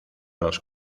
los